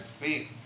speak